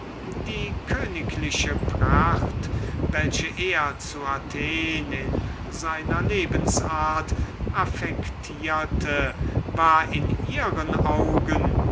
die königliche pracht welche er in seiner lebensart affektierte war in ihren augen